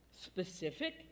specific